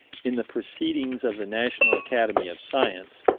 in the proceedings of the national academy of science,